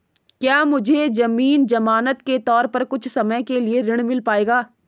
क्या मुझे ज़मीन ज़मानत के तौर पर कुछ समय के लिए ऋण मिल पाएगा?